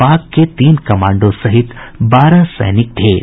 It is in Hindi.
पाक के तीन कमांडों सहित बारह सैनिक ढेर